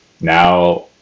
Now